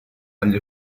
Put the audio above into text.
agli